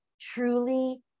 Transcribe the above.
truly